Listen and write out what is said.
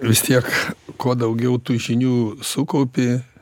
vis tiek kuo daugiau tų žinių sukaupi